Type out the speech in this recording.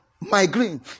Migraine